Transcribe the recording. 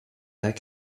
that